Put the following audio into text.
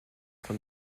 von